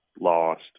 lost